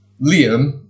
Liam